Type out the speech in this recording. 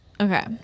Okay